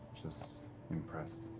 just impressed.